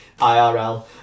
IRL